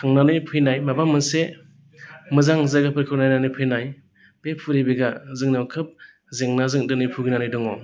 थांनानै फैनाय माबा मोनसे मोजां जायगाफोरखौ नायनानै फैनाय बे फरिबेसआ जोंनाव खोब जेंनाजों दिनै भुगिनानै दङ